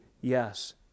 yes